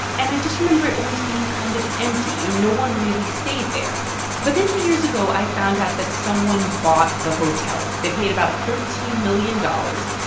and i just remember it always being kind of empty. you know, no one really stayed there but then two years ago, i found out that someone bought the hotel. they paid about thirteen million dollars.